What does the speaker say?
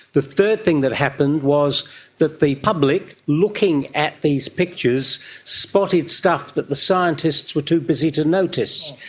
the third thing that happened was that the public looking at these pictures spotted stuff that the scientists were too busy to notice.